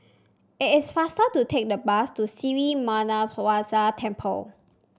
it is faster to take the bus to Sri Muneeswaran Temple